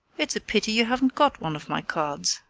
it's a pity you haven't got one of my cards!